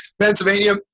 Pennsylvania